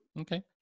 okay